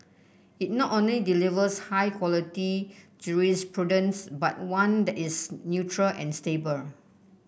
it not only delivers high quality jurisprudence but one that is neutral and stable